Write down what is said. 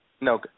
No